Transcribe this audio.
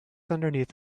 underneath